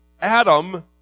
Adam